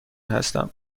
هستم